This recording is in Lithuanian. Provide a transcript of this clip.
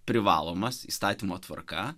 privalomas įstatymo tvarka